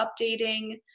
updating